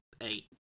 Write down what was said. eight